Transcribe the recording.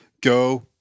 Go